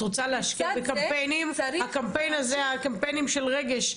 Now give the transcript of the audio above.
הקמפיינים של רגש,